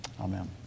amen